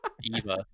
Eva